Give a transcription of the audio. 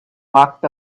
walked